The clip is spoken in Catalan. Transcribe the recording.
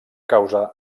causa